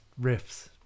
riffs